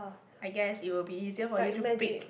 I guess it will be easier for you to pick